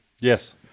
yes